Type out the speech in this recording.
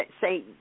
say